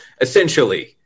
essentially